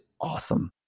awesome